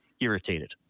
irritated